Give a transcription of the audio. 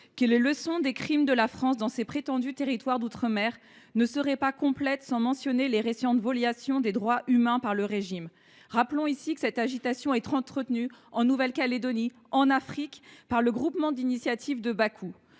que les leçons des crimes de la France dans ses prétendus territoires d’outre mer ne seraient pas complètes sans mentionner les récentes violations des droits de l’homme par le régime. Rappelons que l’agitation a été entretenue en Nouvelle Calédonie et en Afrique par le Groupe d’initiative de Bakou